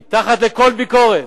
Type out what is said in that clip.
שהיא מתחת לכל ביקורת.